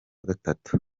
gatatu